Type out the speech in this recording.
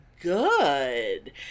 good